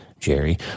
jerry